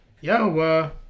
Yo